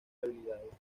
habilidades